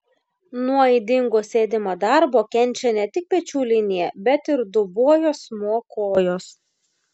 nuo ydingo sėdimo darbo kenčia ne tik pečių linija bet ir dubuo juosmuo kojos